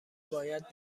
باید